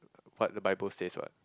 what the Bible says what